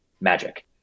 magic